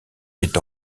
est